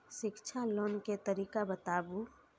शिक्षा लोन के तरीका बताबू?